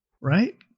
right